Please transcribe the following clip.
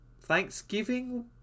Thanksgiving